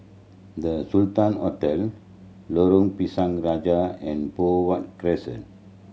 The Sultan Hotel Lorong Pisang Raja and Poh Huat Crescent